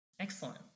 Excellent